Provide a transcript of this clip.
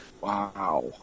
Wow